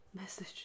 message